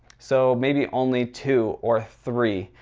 so maybe only two or three,